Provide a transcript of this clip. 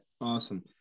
Awesome